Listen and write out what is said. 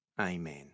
Amen